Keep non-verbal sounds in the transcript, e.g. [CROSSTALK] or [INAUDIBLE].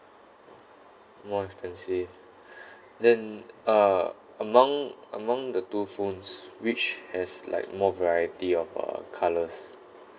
more expensive [BREATH] then uh among among the two phones which has like more variety of uh colours